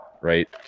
right